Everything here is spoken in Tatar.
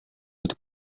итеп